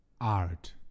Art